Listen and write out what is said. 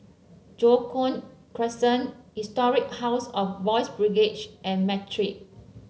Joo Koon Crescent Historic House of Boys' Brigade and Matrix